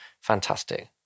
Fantastic